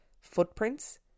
footprints